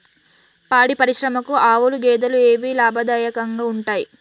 పాడి పరిశ్రమకు ఆవుల, గేదెల ఏవి లాభదాయకంగా ఉంటయ్?